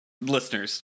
Listeners